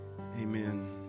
Amen